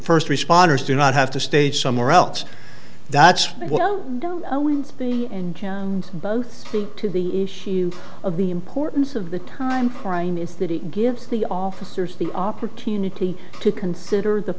first responders do not have to stay somewhere else that's what we in both to be a hue of the importance of the time frame is that it gives the officers the opportunity to consider the